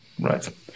Right